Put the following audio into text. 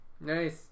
Nice